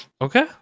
Okay